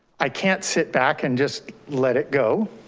i can't sit back and just let it go.